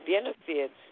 benefits